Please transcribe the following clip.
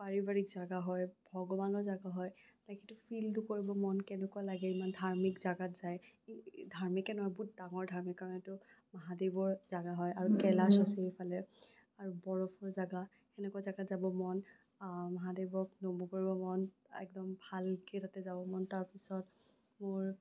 পাৰিবাৰিক জেগা হয় ভগৱানৰ জেগা হয় তাকেটো ফীলটো কৰিব মন কেনেকুৱা লাগে ইমান ধাৰ্মিক জেগাত যায় ধাৰ্মিকে নহয় বহুত ডাঙৰ ধাৰ্মিক আৰু এইটো মহাদেৱৰ জেগা হয় আৰু কৈলাশ আছে এইফালে আৰু বৰফৰ জেগা সেনেকুৱা জেগাত যাব মন মহাদেৱক নমো কৰিব মন একদম ভালকে তাতে যাব মন তাৰ পিছত মোৰ